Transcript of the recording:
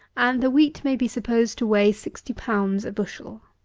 and the wheat may be supposed to weigh sixty pounds a bushel.